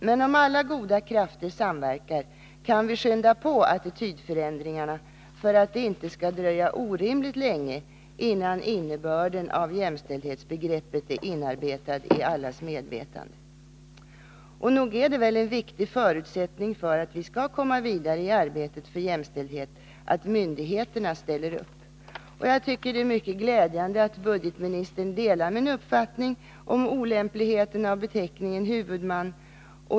Men om alla goda krafter samverkar kan vi skynda på attitydförändringarna så att det inte skall dröja orimligt länge innan innebörden av jämställdhetsbegreppet är inarbetad i allas medvetande. Nog är väl en viktig förutsättning för att vi skall komma vidare i arbetet för jämställdhet att myndigheterna ställer upp. Det är mycket glädjande att budgetministern delar min uppfattning om olämpligheten av beteckningen ”huvudman”.